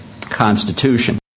Constitution